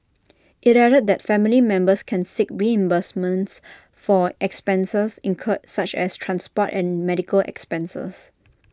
IT added that family members can seek reimbursements for expenses incurred such as transport and medical expenses